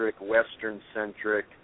Western-centric